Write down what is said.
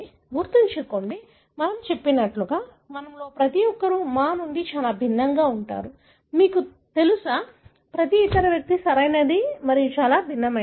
గుర్తుంచుకోండి మనము చెప్పినట్లుగా మనలో ప్రతి ఒక్కరూ మా నుండి చాలా భిన్నంగా ఉంటారు మీకు తెలుసా ప్రతి ఇతర వ్యక్తి సరియైనది చాలా భిన్నమైనది